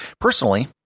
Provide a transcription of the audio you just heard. Personally